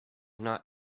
not